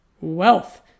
wealth